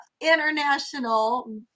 International